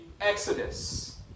Exodus